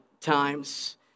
times